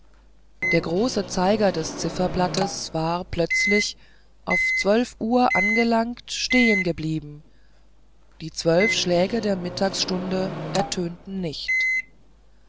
der große zeiger des zifferblattes war plötzlich auf zwölf uhr angelangt stehen geblieben die zwölf schläge der mittagsstunde ertönten nicht